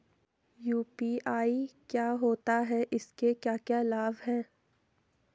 UPI क्या होता है इसके क्या क्या लाभ हैं?